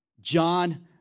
John